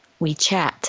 WeChat